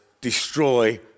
destroy